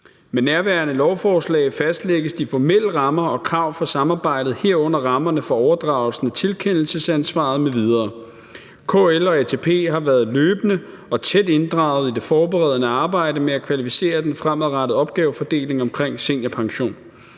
Med nærværende lovforslag fastlægges de formelle rammer og krav for samarbejdet, herunder rammerne for overdragelsen af tilkendelsesansvaret m.v. KL og ATP har været løbende og tæt inddraget i det forberedende arbejde med at kvalificere den fremadrettede opgavefordeling omkring seniorpension,